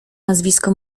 nazwisko